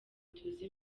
tuzi